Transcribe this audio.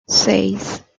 seis